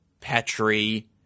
Petri